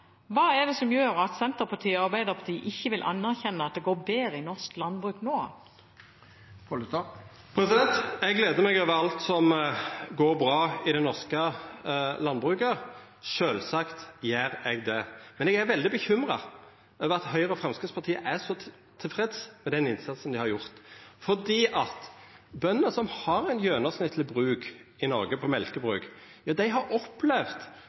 Hva er det som gjør at Senterpartiet og Arbeiderpartiet ikke vil anerkjenne at det går bedre i norsk landbruk nå? Eg gleder meg over alt som går bra i det norske landbruket – sjølvsagt gjer eg det. Men eg er veldig bekymra over at Høgre og Framstegspartiet er så tilfredse med den innsatsen dei har gjort, for bønder som har eit gjennomsnittleg mjølkebruk i Noreg, har opplevd